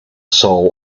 soul